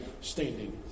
standing